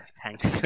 thanks